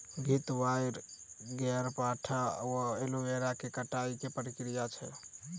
घृतक्वाइर, ग्यारपाठा वा एलोवेरा केँ कटाई केँ की प्रक्रिया छैक?